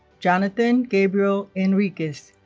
jonathan gabriel enriquez